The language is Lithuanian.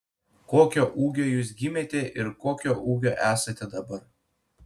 kokio ūgio jūs gimėte ir kokio ūgio esate dabar